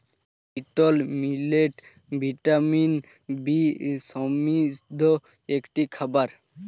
little millet vitamin B সমৃদ্ধ একটি খাবার